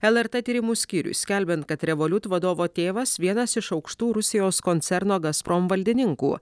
lrt tyrimų skyriui skelbiant kad revoliut vadovo tėvas vienas iš aukštų rusijos koncerno gazprom valdininkų